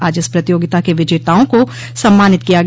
आज इस प्रतियोगिता के विजेताओं को सम्मानित किया गया